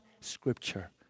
Scripture